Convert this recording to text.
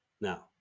now